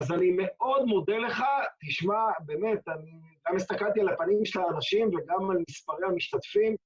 אז אני מאוד מודה לך, תשמע, באמת, אני גם הסתכלתי על הפנים של האנשים וגם על מספרי המשתתפים...